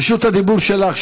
רשות הדיבור שלך.